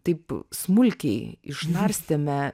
taip smulkiai išnarstėme